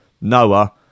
Noah